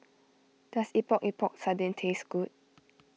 does Epok Epok Sardin taste good